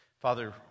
Father